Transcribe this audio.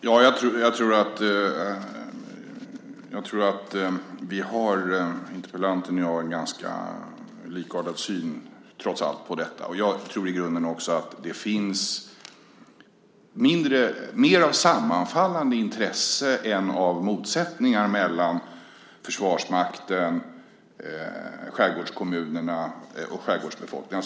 Fru talman! Jag tror att interpellanten och jag har en ganska likartad syn på detta trots allt. Jag tror i grunden också att det finns mer av sammanfallande intressen än av motsättningar mellan Försvarsmakten, skärgårdskommunerna och skärgårdsbefolkningen.